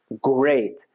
great